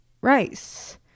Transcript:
rice